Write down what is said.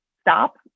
stop